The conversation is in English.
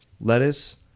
Lettuce